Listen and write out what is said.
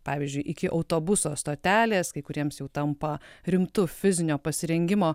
pavyzdžiui iki autobuso stotelės kai kuriems jau tampa rimtu fizinio pasirengimo